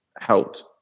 helped